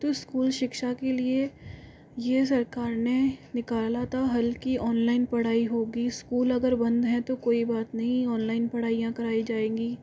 तो स्कूल शिक्षा के लिए यह सरकार ने निकाला था हल की ऑनलाइन पढ़ाई होगी स्कूल अगर बंद है तो कोई बात नहीं ऑनलाइन पढ़ाइयाँ कराई जाएँगी